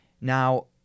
Now